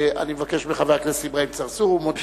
ואני מבקש מחבר הכנסת אברהים צרצור ומודה.